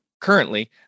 currently